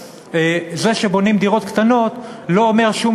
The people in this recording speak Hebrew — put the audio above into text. זה שבונים דירות קטנות לא אומר שום